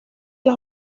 las